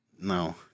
no